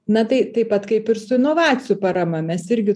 na tai taip pat kaip ir su inovacijų parama mes irgi